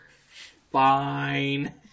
Fine